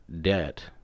debt